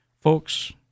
Folks